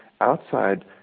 outside